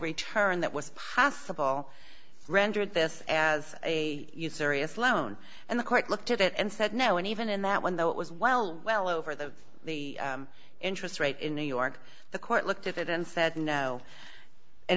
return that was possible rendered this as a serious loan and the court looked at it and said no and even in that one though it was well well over the interest rate in new york the court looked at it and said no and